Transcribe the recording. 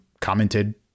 commented